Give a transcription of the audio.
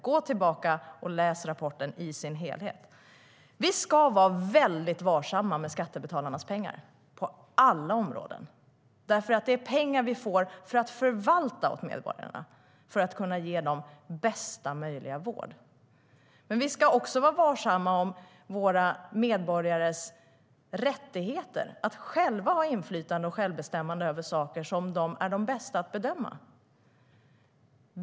Gå tillbaka och läs rapporten i dess helhet! Vi ska vara väldigt varsamma med skattebetalarnas pengar på alla områden. Det är pengar vi förvaltar åt medborgarna för att kunna ge dem bästa möjliga vård. Men vi ska också vara varsamma om våra medborgares rättigheter att själva ha inflytande och självbestämmande över saker som de är de bästa att bedöma.